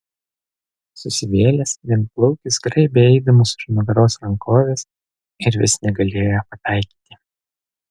susivėlęs vienplaukis graibė eidamas už nugaros rankoves ir vis negalėjo pataikyti